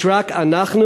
יש רק אנחנו,